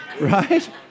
right